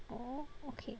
orh okay